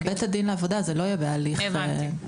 זה לא יהיה בהליך --- הבנתי.